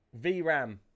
VRAM